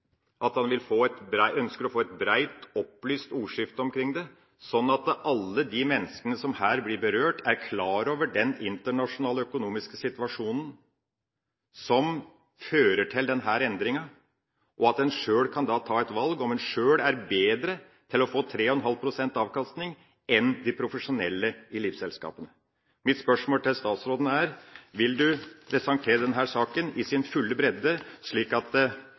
at han ønsker å få et bredt opplyst ordskifte omkring det, sånn at alle de menneskene som blir berørt, er klar over den internasjonale økonomiske situasjonen som fører til denne endringen, og at man sjøl kan ta et valg, om man sjøl er bedre til å få avkastning enn de profesjonelle eliteselskapene – som lover 3,5 pst. Mitt spørsmål til statsråden er: Vil statsråden presentere saken i sin fulle bredde, slik at